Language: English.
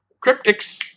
Cryptic's